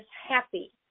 happy